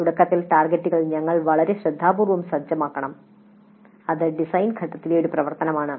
തുടക്കത്തിൽ ടാർഗെറ്റുകൾ ഞങ്ങൾ വളരെ ശ്രദ്ധാപൂർവ്വം സജ്ജമാക്കണം അത് ഡിസൈൻ ഘട്ടത്തിലെ ഒരു പ്രവർത്തനമാണ്